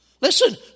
Listen